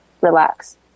relax